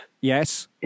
Yes